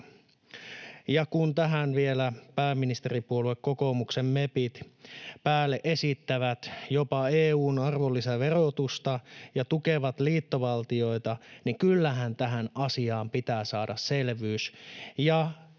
Kun tähän vielä pääministeripuolue kokoomuksen mepit esittävät päälle jopa EU:n arvonlisäverotusta ja tukevat liittovaltiota, niin kyllähän tähän asiaan pitää saada selvyys,